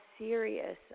serious